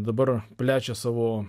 dabar plečia savo